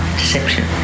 deception